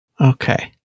Okay